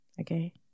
Okay